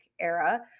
era